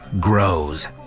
grows